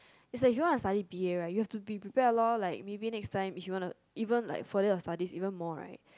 it's like he want to study b_a right you have to be prepared lor like maybe next time he wanna even like further your studies even more right